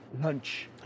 lunch